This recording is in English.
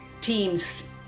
teams